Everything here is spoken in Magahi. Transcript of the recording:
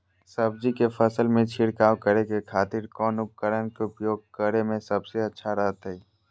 सब्जी के फसल में छिड़काव करे के खातिर कौन उपकरण के उपयोग करें में सबसे अच्छा रहतय?